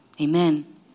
Amen